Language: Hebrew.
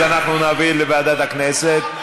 אז אנחנו נעביר לוועדת הכנסת.